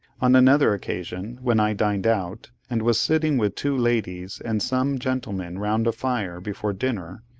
on another occasion, when i dined out, and was sitting with two ladies and some gentlemen round a fire before dinner,